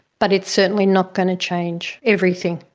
but it's certainly not going to change everything.